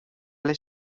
les